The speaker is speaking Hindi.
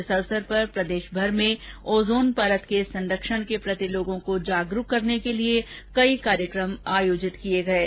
इस अवसर पर प्रदेशभर में ओजोन परत के संरक्षण के प्रति लोगों को जागरूक करने के लिये कई कार्यक्रम आयोजित किये जा रहे है